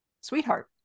sweetheart